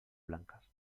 blancas